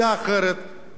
מרגישים את זה,